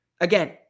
Again